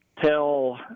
tell